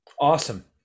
awesome